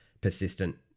persistent